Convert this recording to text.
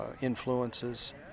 Influences